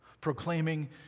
proclaiming